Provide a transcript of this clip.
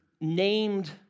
named